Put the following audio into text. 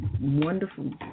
wonderful